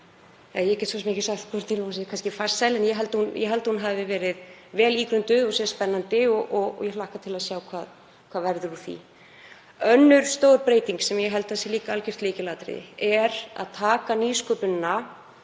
ég get svo sem ekki sagt hvort hún verði farsæl en ég held að hún sé vel ígrunduð og er spennandi og ég hlakka til að sjá hvað verður úr því. Önnur stór breyting sem ég held að sé líka algjört lykilatriði er að taka nýsköpunina